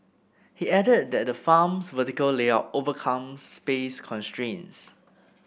he added that the farm's vertical layout overcomes space constraints